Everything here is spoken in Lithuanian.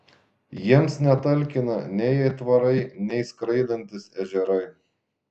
jiems netalkina nei aitvarai nei skraidantys ežerai